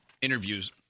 interviews